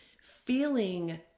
feeling